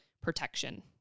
protection